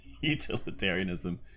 utilitarianism